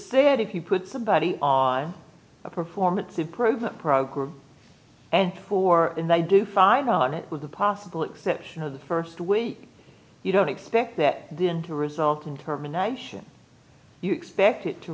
said if you put somebody on a performance improvement program and poor and i do find out it with the possible exception of the first week you don't expect that then to result in terminations you expect it to